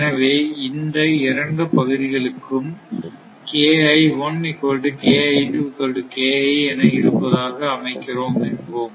எனவே இந்த இரண்டு பகுதிகளுக்கும் என இருப்பதாக அமைக்கிறோம் என்போம்